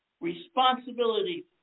responsibility